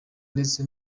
ndetse